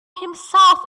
himself